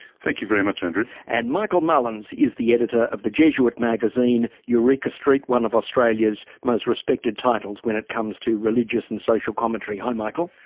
thank you very much andrew. and michael mullins is the editor of the jesuit magazine eureka street, one of australia's most respected titles when it comes to religious and social commentary. hi michael.